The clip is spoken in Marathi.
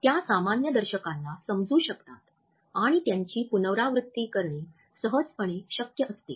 त्या सामान्य दर्शकांना समजू शकतात आणि त्यांची पुनरावृत्ती करणे सहजपणे शक्य असते